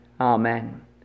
Amen